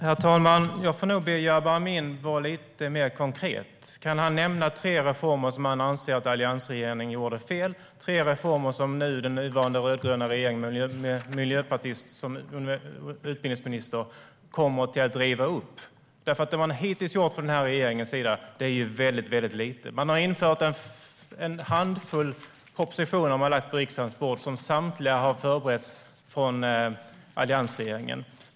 Herr talman! Jag får nog be Jabar Amin att vara lite mer konkret. Kan han nämna tre reformer som han anser att alliansregeringen gjorde fel, tre reformer som den nuvarande rödgröna regeringen, med en miljöpartist som utbildningsminister, kommer att riva upp? Det regeringen har gjort hittills är ju väldigt lite. Man har lagt en handfull propositioner på riksdagens bord som samtliga har förberetts av alliansregeringen.